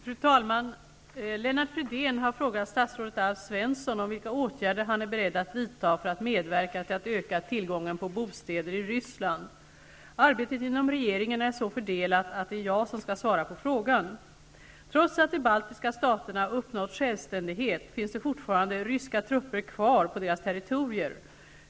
Fru talman! Lennart Fridén har frågat statsrådet Alf Svensson om vilka åtgärder han är beredd att vidta för att medverka till att öka tillgången på bostäder i Ryssland. Arbetet inom regeringen är så fördelat att det är jag som skall svara på frågan. Trots att de baltiska staterna uppnått självständighet finns det fortfarande ryska trupper kvar på deras territorier.